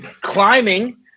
climbing